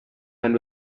and